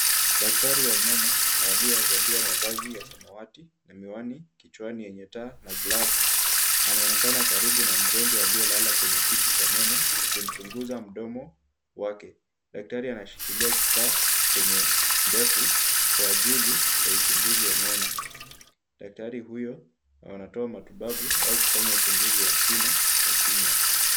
Daktari wa meno aliyevalia mavazi ya samawati na miwani kichwani yenye taa na glavu anaonekana karibu na mgonjwa aliyelala kwenye kiti cha meno akimchunguza mdomo wake. Daktari anashikilia kifaa chenye ndefu kwa ajili ya uchunguzi wa meno. Daktari huyo anatoa matibabu au kufanya uchunguzi wa kina ya kinywa.